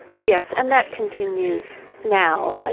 oh, yes. and that continues now.